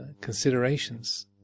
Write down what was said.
considerations